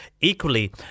Equally